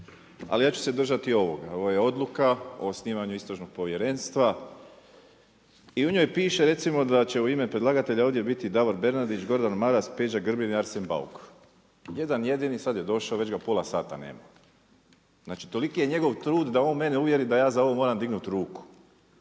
Ali ja ću se držati ovoga, ovo je Odluka o osnivanju istražnog povjerenstva i u njoj piše recimo da će u ime predlagatelja ovdje biti Davor Bernardić, Gordan Maras, Peđa Grbin i Arsen Bauk. Jedan jedini, sada je došao, već ga pola sata nema. Znači toliki je njegov trud da on mene uvjeri da ja za ovo moram dignuti ruku.